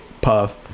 Puff